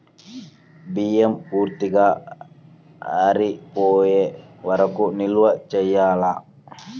బియ్యం పూర్తిగా ఆరిపోయే వరకు నిల్వ చేయాలా?